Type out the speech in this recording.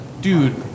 dude